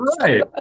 Right